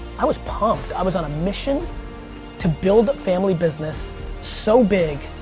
i was pumped, i was on a mission to build a family business so big,